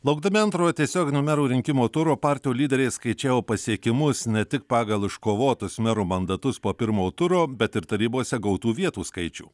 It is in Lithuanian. laukdami antrojo tiesioginių merų rinkimų turo partijų lyderiai skaičiavo pasiekimus ne tik pagal iškovotus merų mandatus po pirmojo turo bet ir tarybose gautų vietų skaičių